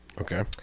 Okay